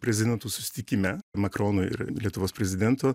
prezidentų susitikime makrono ir lietuvos prezidento